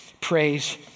praise